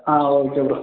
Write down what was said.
ah okay bro